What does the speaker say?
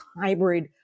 hybrid